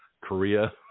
Korea